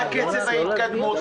מה קצב ההתקדמות.